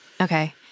Okay